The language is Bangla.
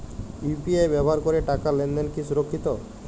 ইউ.পি.আই ব্যবহার করে টাকা লেনদেন কি সুরক্ষিত?